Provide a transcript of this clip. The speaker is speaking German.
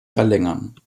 verlängern